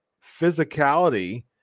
physicality